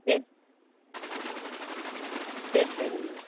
சரி சரி சரிங்க